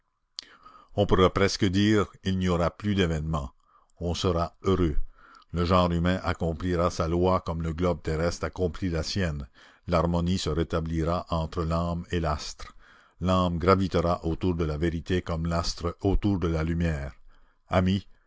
on pourrait presque dire il n'y aura plus d'événements on sera heureux le genre humain accomplira sa loi comme le globe terrestre accomplit la sienne l'harmonie se rétablira entre l'âme et l'astre l'âme gravitera autour de la vérité comme l'astre autour de la lumière amis